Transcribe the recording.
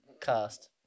Cast